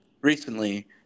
recently